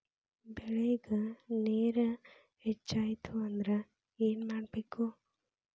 ಬೆಳೇಗ್ ನೇರ ಹೆಚ್ಚಾಯ್ತು ಅಂದ್ರೆ ಏನು ಮಾಡಬೇಕು?